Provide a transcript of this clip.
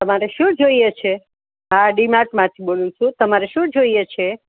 તમારે શું જોઈએ છે હા ડીમાર્ટમાંથી બોલું છું તમારે શું જોઈએ છે